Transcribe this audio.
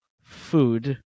food